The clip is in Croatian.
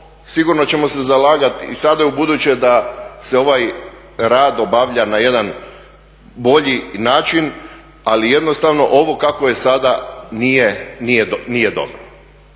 sigurno ćemo se zalagati i sada i ubuduće da se ovaj rad obavlja na jedan bolji način, ali jednostavno ovo kako je sada nije dobro.